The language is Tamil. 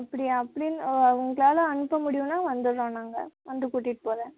அப்படியா அப்படி என்ன அவங்களால் அனுப்ப முடியும்ன்னா வந்துடுறோம் நாங்கள் வந்து கூட்டிகிட்டு போகறேன்